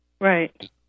Right